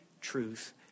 truth